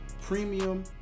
premium